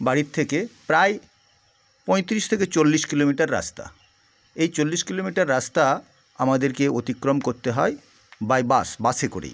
বাড়ির থেকে প্রায় পঁয়ত্রিশ থেকে চল্লিশ কিলোমিটার রাস্তা এই চল্লিশ কিলোমিটার রাস্তা আমাদেরকে অতিক্রম করতে হয় বাই বাস বাসে করেই